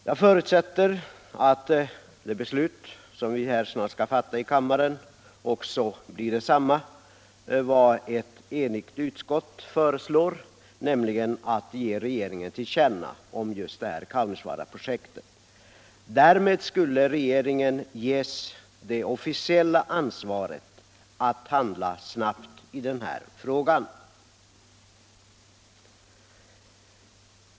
Jag förutsätter att det beslut som vi snart skall fatta här i kammaren blir i enlighet med vad ett enhälligt utskott föreslår, nämligen att riksdagen skall ge regeringen till känna vad utskottet anfört i fråga om Kaunisvaaraprojektet. Därmed skulle regeringen ges det officiella ansvaret att handla snabbt i den här frågan.